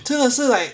真的是 like